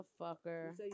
motherfucker